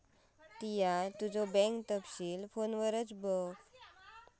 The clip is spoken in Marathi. तु तुझो बँक तपशील फोनवरच बघ